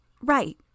Right